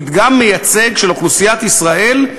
זה מדגם מייצג של אוכלוסיית ישראל,